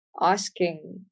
asking